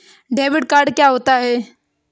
Debit card क्या होता है?